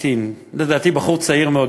הייתי בחור צעיר מאוד,